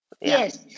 Yes